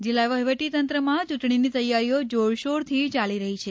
જિલ્લા વહીવટી તંત્રમાં યૂંટણીની તૈયારીઓ જોરશોરથી યાલી રહી છે